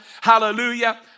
Hallelujah